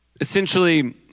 essentially